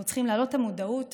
אנחנו צריכים להעלות את המודעות.